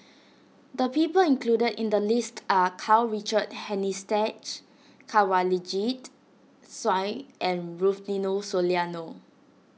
the people included in the list are Karl Richard Hanitsch Kanwaljit Soin and Rufino Soliano